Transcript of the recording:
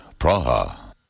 Praha